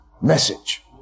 message